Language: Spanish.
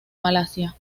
malasia